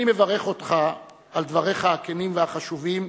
אני מברך אותך על דבריך הכנים והחשובים,